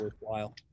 worthwhile